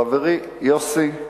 חברי יוסי,